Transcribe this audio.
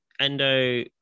Endo